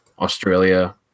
Australia